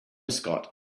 scott